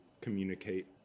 communicate